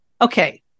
Okay